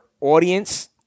audience